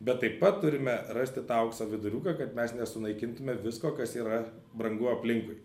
bet taip pat turime rasti tą aukso viduriuką kad mes nesunaikintume visko kas yra brangu aplinkui